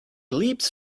leaps